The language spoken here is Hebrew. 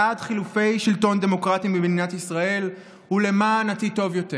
בעד חילופי שלטון דמוקרטיים במדינת ישראל ולמען עתיד טוב יותר.